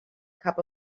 cup